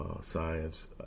science